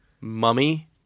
Mummy